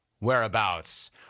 whereabouts